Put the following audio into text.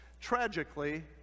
Tragically